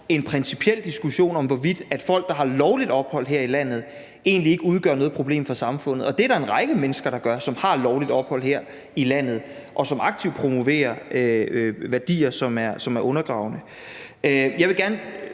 en principiel diskussion om, hvorvidt folk, der har lovligt ophold her i landet, egentlig ikke udgør noget problem for samfundet. Det gør en række mennesker, som har lovligt ophold her i landet, og som aktivt promoverer værdier, som er undergravende. Jeg vil gerne